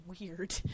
weird